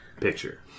picture